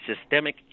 systemic